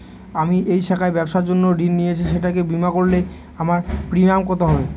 আমি এই শাখায় ব্যবসার জন্য ঋণ নিয়েছি সেটাকে বিমা করলে আমার প্রিমিয়াম কত হবে?